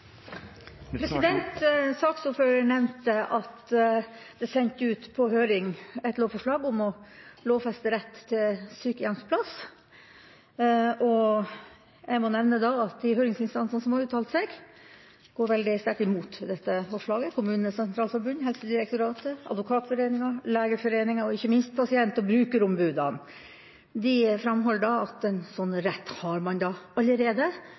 høring et lovforslag om å lovfeste rett til sykehjemsplass. Jeg må da nevne at de høringsinstansene som har uttalt seg, går veldig sterkt imot dette forslaget – KS, Helsedirektoratet, Advokatforeningen, Legeforeningen og ikke minst pasient- og brukerombudene. De framholder at en sånn rett har man allerede,